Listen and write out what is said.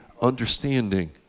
understanding